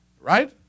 Right